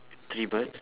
three birds